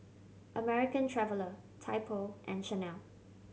American Traveller Typo and Chanel